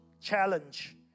challenge